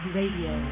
Radio